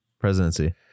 presidency